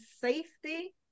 safety